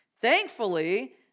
thankfully